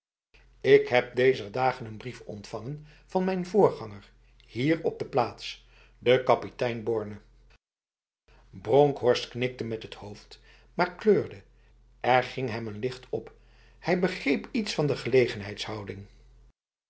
ik heb dezer dagen n brief ontvangen van mijn voorganger hier op de plaats de kapitein borne bronkhorst knikte met t hoofd maar kleurde er ging hem n licht op hij begreep iets van de